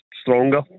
stronger